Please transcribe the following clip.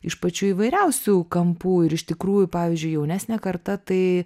iš pačių įvairiausių kampų ir iš tikrųjų pavyzdžiui jaunesnė karta tai